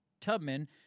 Tubman